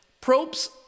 probes